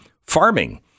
farming